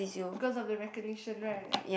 because of the recognition right